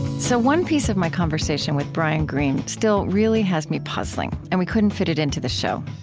so, one piece of my conversation with brian greene still really has me puzzling, and we couldn't fit it into the show.